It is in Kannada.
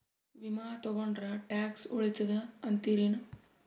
ವಿಮಾ ತೊಗೊಂಡ್ರ ಟ್ಯಾಕ್ಸ ಉಳಿತದ ಅಂತಿರೇನು?